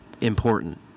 important